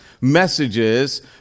messages